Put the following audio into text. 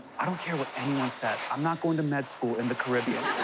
i don't care what anyone says. i'm not going to med school in the caribbean,